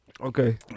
Okay